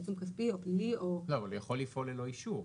אבל הוא יכול לפעול ללא אישור.